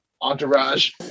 entourage